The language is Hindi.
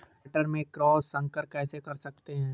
मटर में क्रॉस संकर कैसे कर सकते हैं?